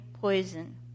poison